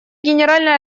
генеральная